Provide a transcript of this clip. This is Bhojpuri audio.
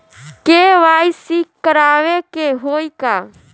के.वाइ.सी करावे के होई का?